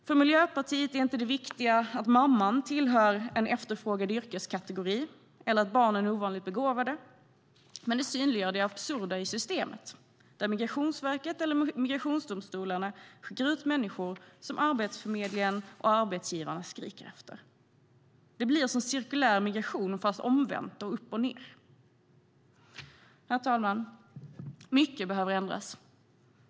För Miljöpartiet är det viktiga inte att mamman tillhör en efterfrågad yrkeskategori eller att barnen är ovanligt begåvade, men det synliggör det absurda i systemet, där Migrationsverket eller migrationsdomstolarna skickar ut människor som Arbetsförmedlingen och arbetsgivarna skriker efter. Det blir som cirkulär migration fast omvänt och upp och ned. Herr talman! Mycket behöver ändras.